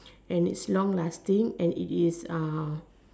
and it's long lasting and it is uh